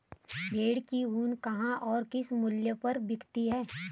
भेड़ की ऊन कहाँ और किस मूल्य पर बिकती है?